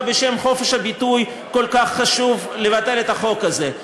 בשם חופש הביטוי כל כך חשוב לבטל את החוק הזה,